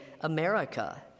America